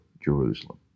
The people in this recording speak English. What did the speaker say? Jerusalem